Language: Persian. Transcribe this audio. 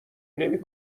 نمی